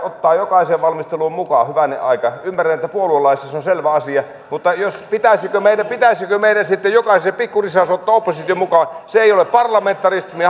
ottaa jokaiseen valmisteluun mukaan ymmärrän että puoluelaissa se on selvä asia mutta pitäisikö meidän pitäisikö meidän sitten jokaiseen pikkurisaukseen ottaa oppositio mukaan se ei ole parlamentarismia